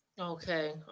Okay